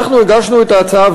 אנחנו הגשנו את ההצעה,